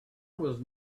was